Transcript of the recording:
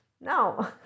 no